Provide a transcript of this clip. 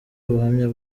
ubuhamya